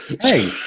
Hey